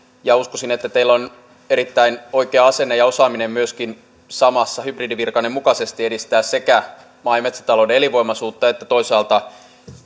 ja uskoisin että teillä on erittäin oikea asenne ja osaaminen myöskin hybridivirkanne mukaisesti edistää sekä maa ja metsätalouden elinvoimaisuutta että toisaalta